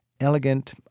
elegant